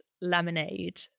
Lemonade